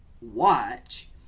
watch